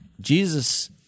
Jesus